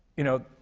you know.